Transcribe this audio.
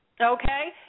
Okay